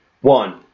One